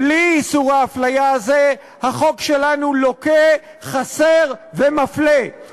בלי איסור ההפליה הזה, החוק שלנו לוקה, חסר ומפלה.